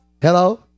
Hello